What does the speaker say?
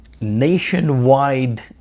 nationwide